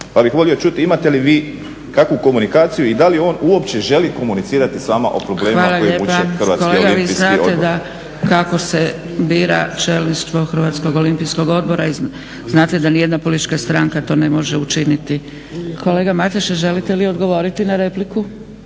Pa bih volio čuti imate li vi kakvu komunikaciju i da li on uopće želi komunicirati s vama o problemima koji muče HOO? **Zgrebec, Dragica (SDP)** Hvala lijepa. Kolega vi znate kako se bira čelništvo HOO-a i znate da nijedna politička stranka to ne može učiniti. Kolega Mateša želite li odgovoriti na repliku?